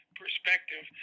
perspective